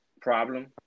problem